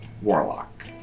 Warlock